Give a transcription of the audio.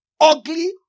ugly